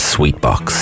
Sweetbox